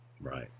Right